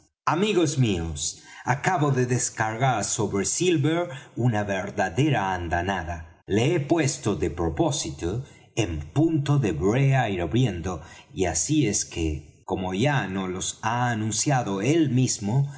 amigos míos acabo de descargar sobre silver una verdadera andanada le he puesto de propósito en punto de brea hirviendo y así es que como ya nos lo ha anunciado él mismo